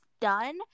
done